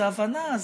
זה הבנה,